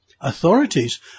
Authorities